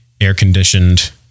air-conditioned